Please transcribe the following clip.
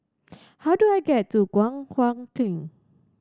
how do I get to Guan Huat Kiln